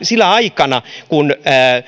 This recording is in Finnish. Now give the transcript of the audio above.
sinä aikana kun